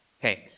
Okay